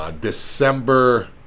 December